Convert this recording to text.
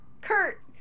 Kurt